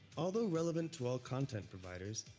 although relevant to all content providers,